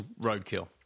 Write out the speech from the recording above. roadkill